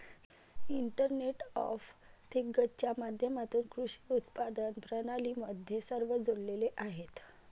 internet of थिंग्जच्या माध्यमातून कृषी उत्पादन प्रणाली मध्ये सर्व जोडलेले आहेत